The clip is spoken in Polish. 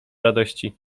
radości